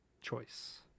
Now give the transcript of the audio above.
Choice